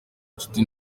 inshuti